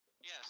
Yes